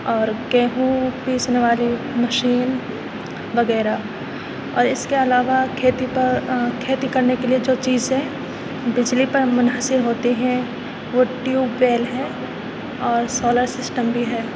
اور گیہوں پیسنے والی مشین وغیرہ اور اس کے علاوہ کھیتی پر کھیتی کرنے کے لیے جو چیزیں بجلی پر منحصر ہوتے ہیں وہ ٹیوب ویل ہے اور سولر سسٹم بھی ہے